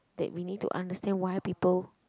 that we need to understand why people